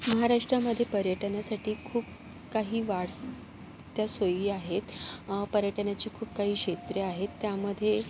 महाराष्ट्रामध्ये पर्यटनासाठी खूप काही वाढत्या सोयी आहेत पर्यटनाची खूप काही क्षेत्रे आहेत त्यामध्ये